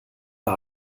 war